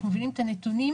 אנחנו מבינים את הנתונים,